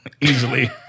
Easily